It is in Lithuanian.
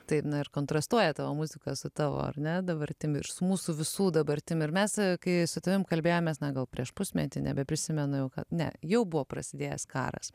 taip na ir kontrastuoja tavo muzika su tavo ar ne dabartim ir su mūsų visų dabartim ir mes kai su tavim kalbėjomės na gal prieš pusmetį nebeprisimenu jau kad ne jau buvo prasidėjęs karas